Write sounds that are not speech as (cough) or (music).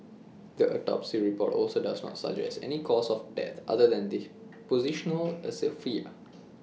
the autopsy report also does not suggest any cause of death other than (unintelligible) positional asphyxia